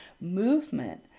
movement